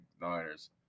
Niners